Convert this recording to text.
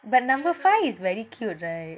but number five is very cute right